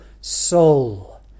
soul